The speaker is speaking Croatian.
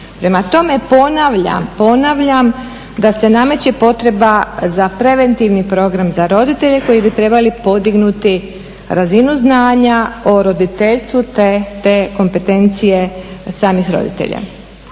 ponavljam, ponavljam da se nameće potreba za preventivni program za roditelje koji bi trebali podignuti razinu znanju o roditeljstvu te kompetencije samih roditelja.